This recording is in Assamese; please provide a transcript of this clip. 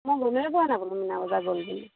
মই গমেই পোৱা নাই বোলো মিনা বজাৰ গ'লগৈ বুলি